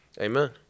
Amen